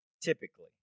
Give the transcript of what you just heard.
typically